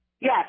Yes